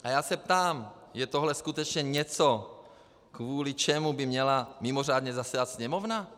A já se ptám: Je tohle skutečně něco, kvůli čemu by měla mimořádně zasedat Sněmovna?